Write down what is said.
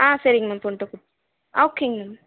சரி மேம் ஓகேங்க மேம்